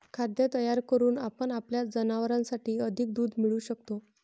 खाद्य तयार करून आपण आपल्या जनावरांसाठी अधिक दूध मिळवू शकतो